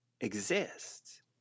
exists